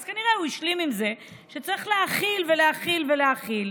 אז כנראה הוא השלים עם זה שצריך להכיל ולהכיל ולהכיל.